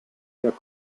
der